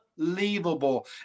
unbelievable